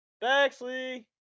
Bexley